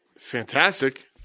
Fantastic